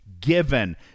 given